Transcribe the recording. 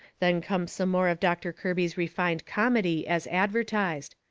then come some more of doctor kirby's refined comedy, as advertised.